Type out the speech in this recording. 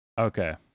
Okay